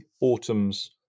autumn's